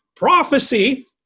Prophecy